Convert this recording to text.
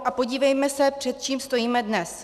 A podívejme se, před čím stojíme dnes.